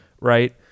right